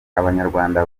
abanyarwanda